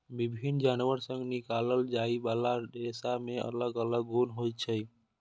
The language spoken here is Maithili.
विभिन्न जानवर सं निकालल जाइ बला रेशा मे अलग अलग गुण होइ छै